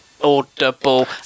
Audible